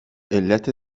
علت